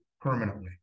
permanently